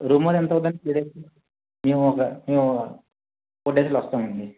room rent ఎంత అవుతుందండి three డేస్కి మేమొక మేము ఫోర్ డేసులో వస్తామండి